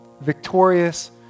victorious